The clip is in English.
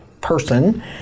person